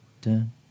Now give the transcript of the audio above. dun